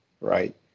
right